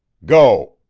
go!